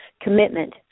commitment